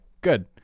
good